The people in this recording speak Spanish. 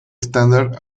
estándar